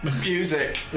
Music